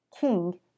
king